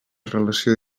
relació